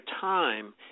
time